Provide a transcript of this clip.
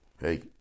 Hey